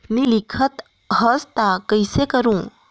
नी लिखत हस ता कइसे करू?